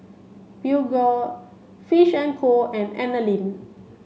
Peugeot Fish and Co and Anlene